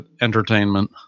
entertainment